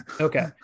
Okay